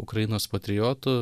ukrainos patriotu